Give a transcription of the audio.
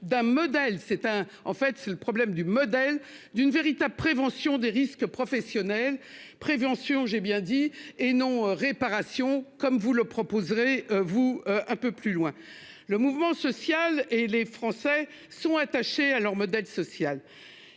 c'est le problème du modèle d'une véritable prévention des risques professionnels, prévention. J'ai bien dit et non réparation comme vous le proposerez-vous un peu plus loin. Le mouvement social et les Français sont attachés à leur modèle social,